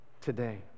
today